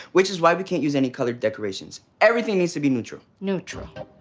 which is why we can't use any colored decorations. everything needs to be neutral neutral.